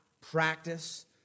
practice